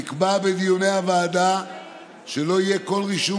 נקבע בדיוני הוועדה שלא יהיה כל רישום